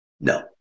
No